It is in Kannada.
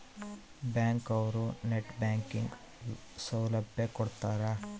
ಬ್ಯಾಂಕ್ ಅವ್ರು ನೆಟ್ ಬ್ಯಾಂಕಿಂಗ್ ಸೌಲಭ್ಯ ಕೊಡ್ತಾರ